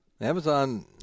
amazon